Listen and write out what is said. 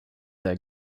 their